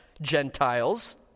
Gentiles